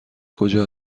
کجا